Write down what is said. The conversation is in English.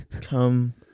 Come